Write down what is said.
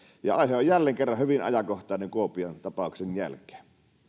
ja aihe on jälleen kerran hyvin ajankohtainen kuopion tapauksen jälkeen